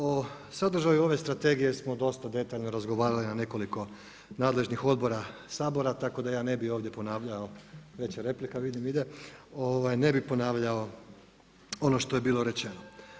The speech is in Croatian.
O sadržaju ove strategije smo dosta detaljno razgovarali na nekoliko nadležnih odbora Sabora tako da ja ne bi ovdje ponavljao, već replika vidim ide, ne bih ponavljao ono što je bilo rečeno.